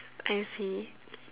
I see